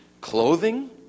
clothing